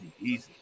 easy